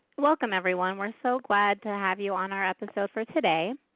welcome everyone, we're so glad to have you on our episode for today.